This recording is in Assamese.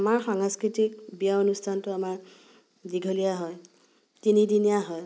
আমাৰ সাংস্কৃতিক বিয়া অনুষ্ঠানটো আমাৰ দীঘলীয়া হয় তিনিদিনীয়া হয়